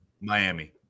Miami